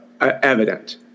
evident